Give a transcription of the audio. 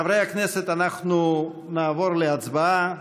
חברי הכנסת, אנחנו נעבור להצבעה.